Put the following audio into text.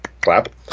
Clap